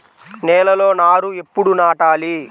నేలలో నారు ఎప్పుడు నాటాలి?